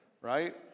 right